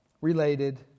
related